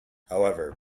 however